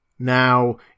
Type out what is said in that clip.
Now